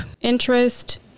interest